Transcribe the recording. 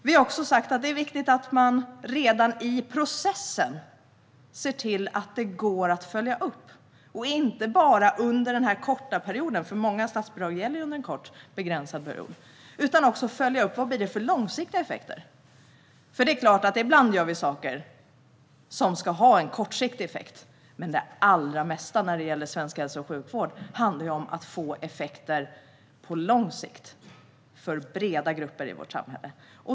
Vi har också sagt att det är viktigt att man redan i processen ser till att det går att följa upp, inte bara under den begränsade period som många statsbidrag gäller, utan att också följa upp de långsiktiga effekterna. För det är klart att vi ibland gör saker som ska ha kortsiktig effekt, men när det gäller svensk hälso och sjukvård handlar det allra mesta om att få effekter på lång sikt, för breda grupper i vårt samhälle.